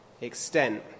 extent